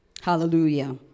Hallelujah